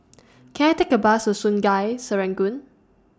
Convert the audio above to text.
Can I Take A Bus to Sungei Serangoon